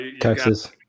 Texas